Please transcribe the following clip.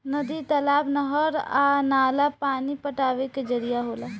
नदी, तालाब, नहर आ नाला पानी पटावे के जरिया होला